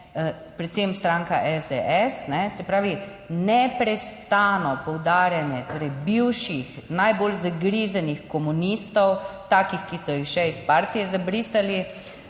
predvsem stranka SDS. Se pravi neprestano poudarjanje, torej bivših najbolj zagrizenih komunistov, takih, ki so jih še iz partije zabrisali,